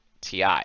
TI